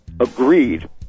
agreed